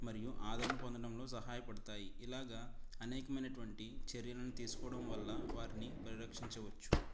మరియు ఆదరణను పొందడంలో సహాయపడ్తాయి ఇలాగ అనేకమైనటువంటి చర్యలను తీసుకోవడం వల్ల వారిని పరిరక్షించవచ్చు